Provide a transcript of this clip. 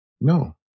No